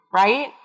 right